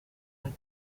und